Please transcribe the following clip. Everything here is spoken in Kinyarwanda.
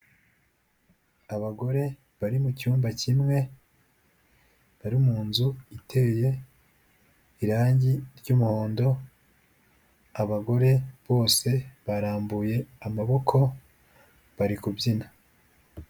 Abagore bari mu cyumba kimwe bari munzu iteye irangi ry'umuhondo, abagore bose barambuye amaboko bari kubyina.